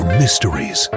mysteries